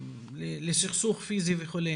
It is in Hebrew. לסכסוך פיזי וכו'.